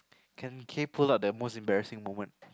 can kay pull up the most embarrassing moment